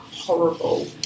horrible